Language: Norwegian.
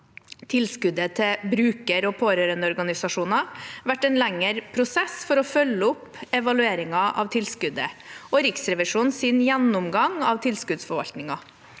tilskuddet til bruker- og pårørendeorganisasjoner, vært en lengre prosess for å følge opp evalueringen av tilskuddet og Riksrevisjonens gjennomgang av tilskuddsforvaltningen.